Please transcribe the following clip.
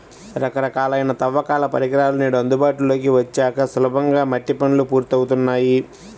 రకరకాలైన తవ్వకాల పరికరాలు నేడు అందుబాటులోకి వచ్చాక సులభంగా మట్టి పనులు పూర్తవుతున్నాయి